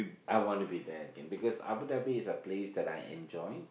I want to be there again because Abu-Dhabi is a place that I enjoy